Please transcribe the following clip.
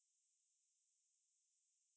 so depends lah you want like